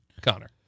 Connor